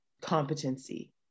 competency